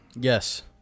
Yes